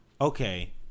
okay